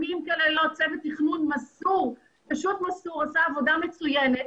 כימים צוות תכנון מסור עשה עבודה מצוינת.